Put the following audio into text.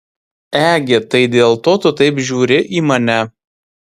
egi tai dėl to tu taip žiūri į mane